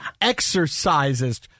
exercises